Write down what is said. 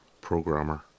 programmer